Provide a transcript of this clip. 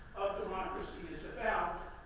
of democracy is about.